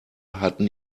hatten